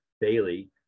Bailey